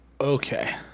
Okay